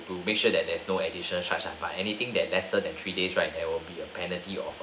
to make sure that there is no additional charge but anything that lesser than three days right there will be a penalty of